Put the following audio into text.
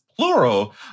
Plural